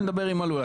אני מדבר עם מלול,